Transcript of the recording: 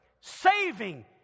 saving